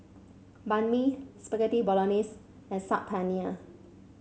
Banh Mi Spaghetti Bolognese and Saag Paneer